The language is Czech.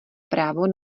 právo